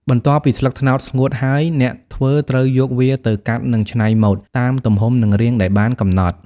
បន្ទាប់ពីស្លឹកត្នោតស្ងួតហើយ អ្នកធ្វើត្រូវយកវាទៅ កាត់និងច្នៃម៉ូដ តាមទំហំ និងរាងដែលបានកំណត់។